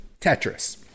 Tetris